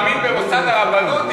מאמין במוסד הרבנות,